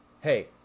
hey